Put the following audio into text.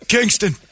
Kingston